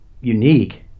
unique